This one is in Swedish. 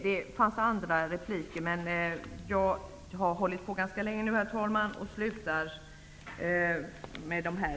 Det var fler repliker, men eftersom jag har hållit på ganska länge, herr talman, så slutar jag här.